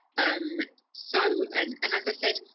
um so and and as i said,